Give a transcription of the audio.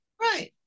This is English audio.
Right